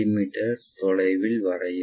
me தொலைவில் வரையவும்